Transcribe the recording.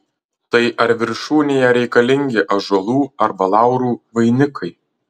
tai ar viršūnėje reikalingi ąžuolų arba laurų vainikai